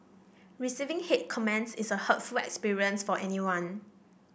receiving hate comments is a hurtful experience for anyone